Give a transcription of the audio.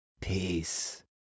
Peace